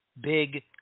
big